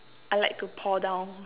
I like to pour down